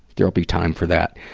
there'll be time for that.